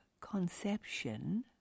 conception